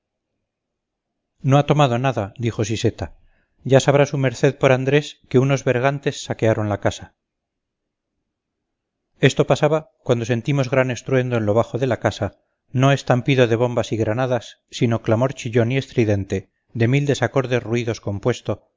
no ha tomado nada dijo siseta ya sabrá su merced por andrés que unos bergantes saquearon la casa esto pasaba cuando sentimos gran estruendo en lo bajo de la casa no estampido de bombas y granadas sino clamor chillón y estridente de mil desacordes ruidos compuesto